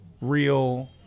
real